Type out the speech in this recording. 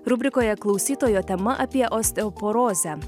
rubrikoje klausytojo tema apie osteoporozę